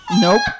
Nope